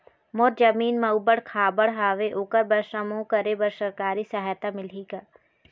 मोर जमीन म ऊबड़ खाबड़ हावे ओकर बर समूह करे बर सरकारी सहायता मिलही का?